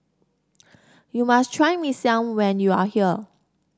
you must try Mee Siam when you are here